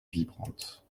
vibrante